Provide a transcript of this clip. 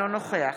אינו נוכח